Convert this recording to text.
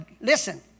Listen